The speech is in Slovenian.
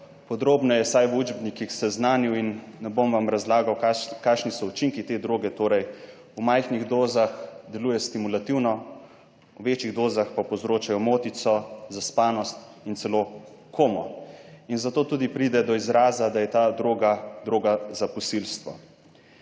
podrobneje, vsaj v učbenikih, seznanil in ne bom vam razlagal, kakšni so učinki te droge, torej v majhnih dozah deluje stimulativno, v večjih dozah pa povzročajo omotico, zaspanost in celo komo in zato tudi pride do izraza, da je ta droga za posilstvo.